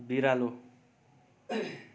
बिरालो